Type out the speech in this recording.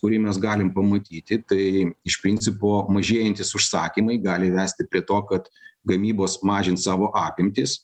kurį mes galim pamatyti tai iš principo mažėjantys užsakymai gali vesti prie to kad gamybos mažins savo apimtis